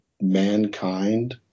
mankind